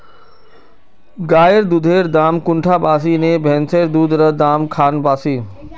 गायेर दुधेर दाम कुंडा बासी ने भैंसेर दुधेर र दाम खान बासी?